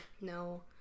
No